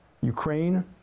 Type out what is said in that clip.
Ukraine